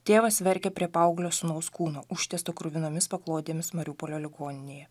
tėvas verkia prie paauglio sūnaus kūno užtiesto kruvinomis paklodėmis mariupolio ligoninėje